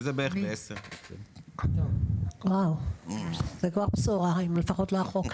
שזה בערך ב- 22:00. על כל